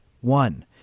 one